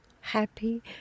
happy